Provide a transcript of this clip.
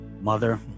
mother